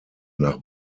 nach